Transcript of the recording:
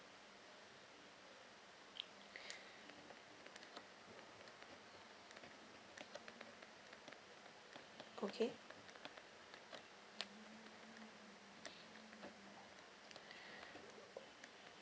okay